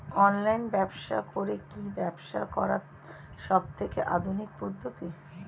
Online ব্যবসা করে কি ব্যবসা করার সবথেকে আধুনিক পদ্ধতি?